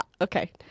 Okay